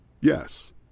Yes